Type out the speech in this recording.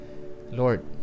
Lord